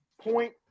point